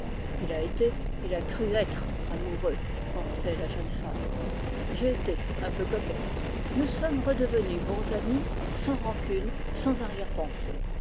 il a été il a cru être amoureux pensait la jeune femme j'ai été un peu coquette nous sommes redevenus bons amis sans rancune sans arrière-pensée